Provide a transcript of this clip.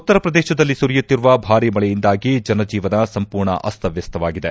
ಉತ್ತರ ಪ್ರದೇಶದಲ್ಲಿ ಸುರಿಯುತ್ತಿರುವ ಭಾರಿ ಮಳೆಯಿಂದಾಗಿ ಜನಜೀವನ ಸಂಪೂರ್ಣ ಅಸ್ತವಸ್ತವಾಗಿದೆ